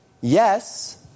Yes